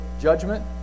judgment